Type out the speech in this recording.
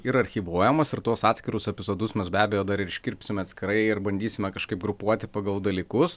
ir archyvuojamos ir tuos atskirus epizodus mes be abejo dar ir iškirpsim atskirai ir bandysime kažkaip grupuoti pagal dalykus